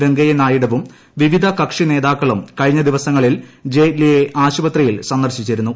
വെങ്കയ്യനായിഡുവും പ്പിവിധ കക്ഷി നേതാക്കളും കഴിഞ്ഞ ദിവസങ്ങളിൽ ജെയ്റ്റ്ലിയെ ആശുപത്രിയിൽ സന്ദർശിച്ചിരുന്നു